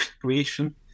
creation